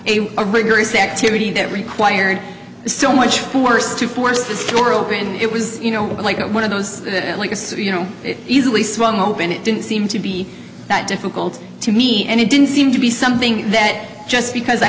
a vigorous activity that required so much force to force the story over and it was you know like one of those like a suit you know easily swung open it didn't seem to be that difficult to me and it didn't seem to be something that just because i